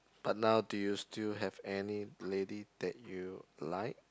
but now do you still have any lady that you like